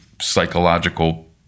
psychological